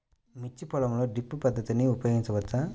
మిర్చి పొలంలో డ్రిప్ పద్ధతిని ఉపయోగించవచ్చా?